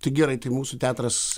tai gerai tai mūsų teatras